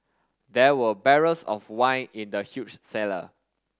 there were barrels of wine in the huge cellar